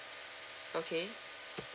okay